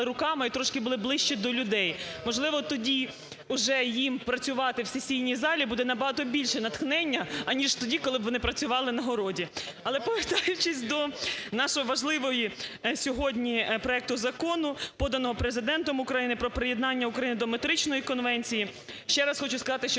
руками і трошки були ближчі до людей. Можливо, тоді вже їм працювати в сесійній залі буде набагато більше натхнення, аніж тоді, коли б вони працювали на городі. Але повертаючись до нашого важливого сьогодні проекту Закону, поданого Президентом України, про приєднання України до Метричної конвенції. Ще раз хочу сказати, що